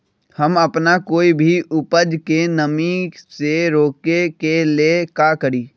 हम अपना कोई भी उपज के नमी से रोके के ले का करी?